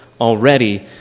already